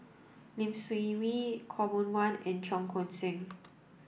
Lee Seng Wee Khaw Boon Wan and Cheong Koon Seng